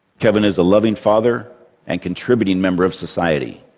kevin is a loving father and contributing member of society.